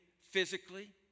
physically